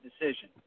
decision